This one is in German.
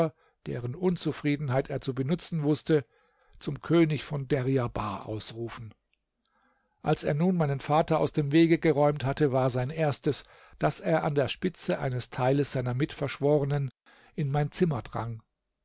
deren unzufriedenheit er zu benutzen wußte zum könig von deryabar ausrufen als er nun meinen vater aus dem wege geräumt hatte war sein erstes daß er an der spitze eines teiles seiner mitverschwornen in mein zimmer drang